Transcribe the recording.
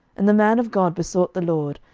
and the man of god besought the lord,